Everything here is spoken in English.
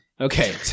Okay